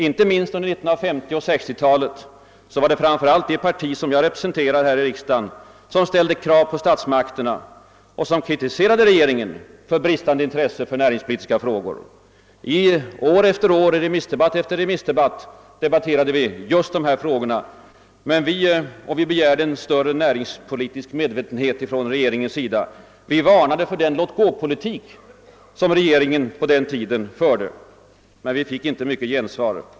Inte minst under 1950 och 1960-talen ställde framför allt det parti som jag representerar här i riksdagen krav på statsmakterna. Vi kritiserade regeringen för bristande intresse i näringspolitiska frågor. År efter år, remissdebatt efter remissdebatt debatterade vi just dessa frågor och begärde en större näringspolitisk medvetenhet från regeringens sida. Vi varnade för den låtgåpolitik som regeringen förde på den tiden. Men vi fick inte mycket gensvar.